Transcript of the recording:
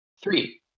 Three